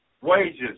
Wages